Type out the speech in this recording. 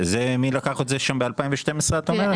זה, מי לקח את זה שם ב-2012 את אומרת?